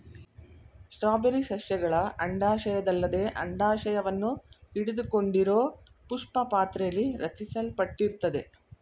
strawberry ಸಸ್ಯಗಳ ಅಂಡಾಶಯದಲ್ಲದೆ ಅಂಡಾಶವನ್ನು ಹಿಡಿದುಕೊಂಡಿರೋಪುಷ್ಪಪಾತ್ರೆಲಿ ರಚಿಸಲ್ಪಟ್ಟಿರ್ತದೆ